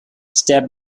step